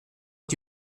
que